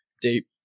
deep